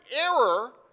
error